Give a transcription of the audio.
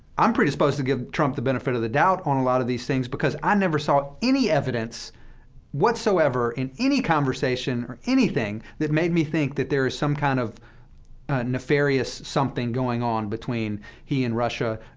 i'm predisposed to give trump the benefit of the doubt on a lot of these things, because i never saw any evidence whatsoever in any conversation or anything that made me think that there is some kind of nefarious something going on between he and russia,